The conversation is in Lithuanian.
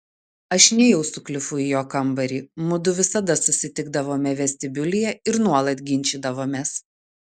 aš nėjau su klifu į jo kambarį mudu visada susitikdavome vestibiulyje ir nuolat ginčydavomės